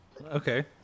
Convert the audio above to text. Okay